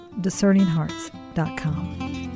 discerninghearts.com